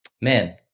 Man